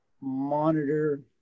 monitor